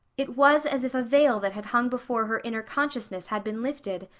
it was as if a veil that had hung before her inner consciousness had been lifted,